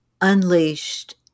unleashed